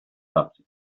pracy